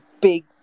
big